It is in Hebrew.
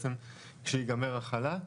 בעצם כשייגמר החל"ת.